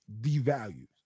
devalues